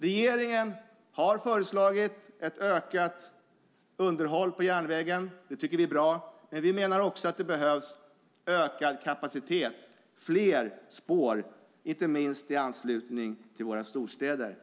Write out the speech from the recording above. Regeringen har föreslagit ett ökat underhåll av järnvägen. Det tycker vi är bra, men vi menar också att det behövs ökad kapacitet, fler spår, inte minst i anslutning till våra storstäder.